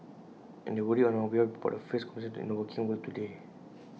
and they worry on our behalf about the fierce competition in the working world today